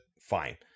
fine